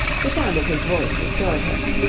the sound of his voice restored him.